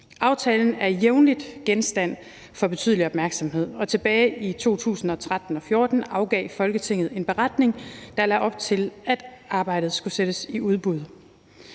Aftalen er jævnligt genstand for betydelig opmærksomhed, og tilbage i 2013-2014 afgav Folketinget en beretning, der lagde op til, at arbejdet skulle sendes i udbud.